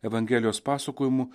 evangelijos pasakojimų